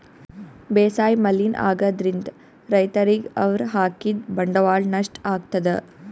ಬೇಸಾಯ್ ಮಲಿನ್ ಆಗ್ತದ್ರಿನ್ದ್ ರೈತರಿಗ್ ಅವ್ರ್ ಹಾಕಿದ್ ಬಂಡವಾಳ್ ನಷ್ಟ್ ಆಗ್ತದಾ